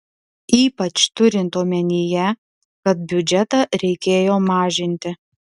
ypač turint omenyje kad biudžetą reikėjo mažinti